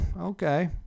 okay